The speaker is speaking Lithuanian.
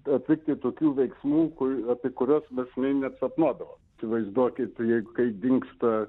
atlikti tokių veiksmų kur apie kuriuos mes nei net sapnuodavom įsivaizduokit jei kai dingsta